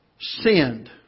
sinned